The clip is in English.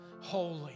holy